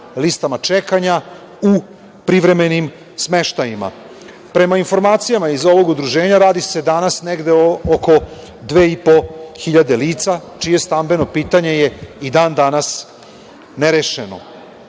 listama čekanja u privremenim smeštajima. Prema informacijama iz ovog udruženja radi se negde oko 2.500 lica čije je stambeno pitanje i dan danas nerešeno.